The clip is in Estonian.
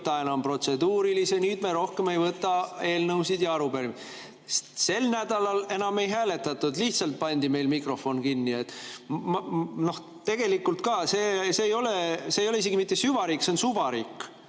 rohkem protseduurilisi ei võta, nüüd me enam rohkem eelnõusid ja arupärimisi ei võta. Sel nädalal enam ei hääletatud, lihtsalt pandi meil mikrofon kinni. Tegelikult ka, see ei ole isegi mitte süvariik, see on suvariik.